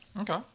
Okay